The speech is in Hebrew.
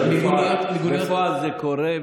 בפועל זה קורה,